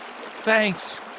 Thanks